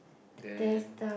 then